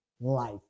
life